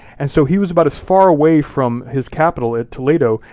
and so he was about as far away from his capital, at toledo,